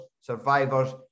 survivors